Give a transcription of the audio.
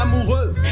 amoureux